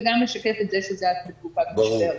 וגם לשקף את זה שזה היה בתקופת משבר.